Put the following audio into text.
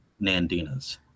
Nandinas